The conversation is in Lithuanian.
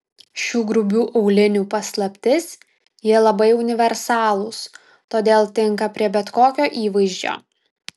šių grubių aulinių paslaptis jie labai universalūs todėl tinka prie bet kokio įvaizdžio